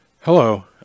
Hello